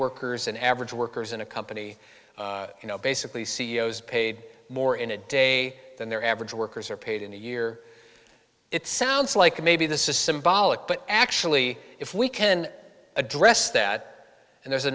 workers and average workers in a company you know basically c e o s paid more in a day than their average workers are paid in a year it sounds like maybe this is symbolic but actually if we can address that and there